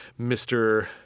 Mr